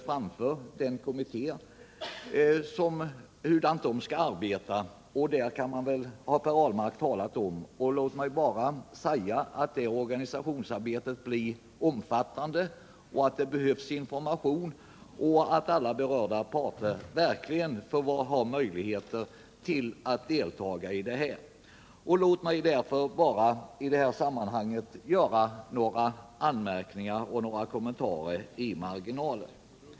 Hur organisationskommittén skall arbeta har Per Ahlmark talat om. Låt mig bara säga att det organisationsarbetet blir omfattande, att det behövs information och att alla berörda parter verkligen måste ha möjlighet att delta. Jag vill i sammanhanget göra några anmärkningar och kommentarer i marginalen.